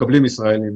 שמקבלים ישראלים.